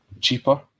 cheaper